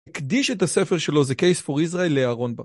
הקדיש את הספר שלו, The Case for Israel, לירון בר.